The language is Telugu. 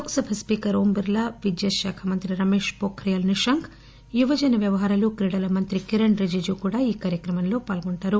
లోక్ సభ స్పీకర్ ఓం బిర్లా విద్యాశాఖా మంత్రి రమేశ్ పొఖ్రియాల్ నిశాంక్ యువజన వ్యవహారాలు క్రీడల మంత్రి కిరణ్ రిజిజు కూడా ఈ కార్యక్రమాల్లో పాల్గొంటారు